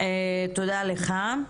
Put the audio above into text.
תודה לך.